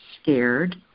Scared